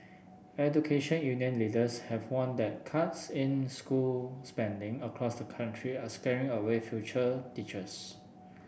education union leaders have warned that cuts in school spending across the country are scaring away future teachers